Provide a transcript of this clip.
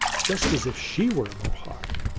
just as if she were a mohawk.